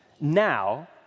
now